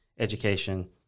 education